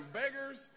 beggars